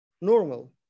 normal